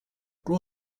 raw